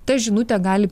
ta žinutė gali